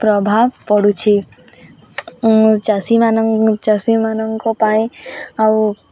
ପ୍ରଭାବ ପଡ଼ୁଛି ଚାଷୀମାନଙ୍କ ଚାଷୀମାନଙ୍କ ପାଇଁ ଆଉ